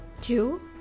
Two